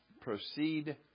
proceed